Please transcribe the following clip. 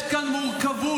יש כאן מורכבות,